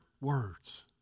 words